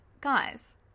guys